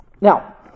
Now